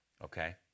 Okay